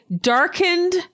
darkened